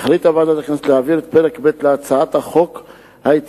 החליטה ועדת הכנסת להעביר את פרק ב' להצעת חוק ההתייעלות,